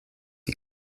die